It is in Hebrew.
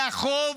זה החוב,